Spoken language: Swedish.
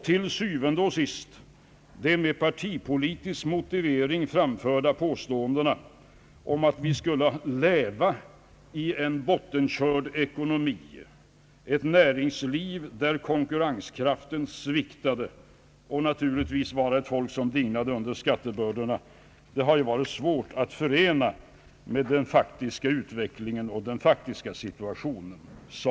Til syvende og sidst: De med partipolitisk motivering framförda påståendena att vi skulle leva i en bottenkörd ekonomi, ett näringsliv där konkurrenskraften sviktade — och naturligtvis vara ett folk som dignade under skattebördorna — har varit svåra att förena med den faktiska utvecklingen och den faktiska situationen.